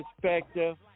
perspective